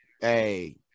hey